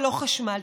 ללא חשמל.